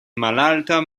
malalta